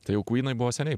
tai jau kvynai buvo seniai